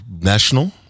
national